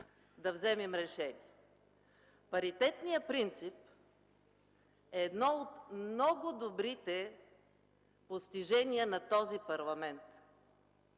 да вземем решение. Паритетният принцип е едно от много добрите постижения на този парламент.